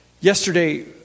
Yesterday